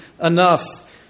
enough